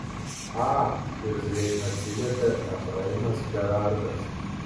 a irzliai atsiliepė efraimas džerardas